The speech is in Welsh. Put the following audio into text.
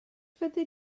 fyddi